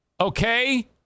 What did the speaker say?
okay